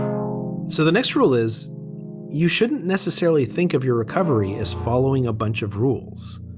so the next rule is you shouldn't necessarily think of your recovery as following a bunch of rules.